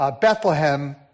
Bethlehem